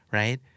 right